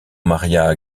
maría